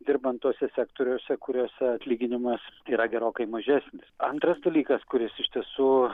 dirbant tuose sektoriuose kuriuose atlyginimas yra gerokai mažesnis antras dalykas kuris iš tiesų